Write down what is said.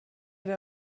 der